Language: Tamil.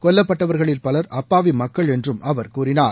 கொல்லப்பட்டவர்களில் பலர் அப்பாவி மக்கள் என்றும் அவர் கூறினார்